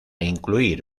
incluir